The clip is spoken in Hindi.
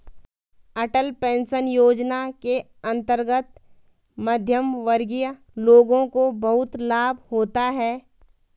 अटल पेंशन योजना के अंतर्गत मध्यमवर्गीय लोगों को बहुत लाभ होता है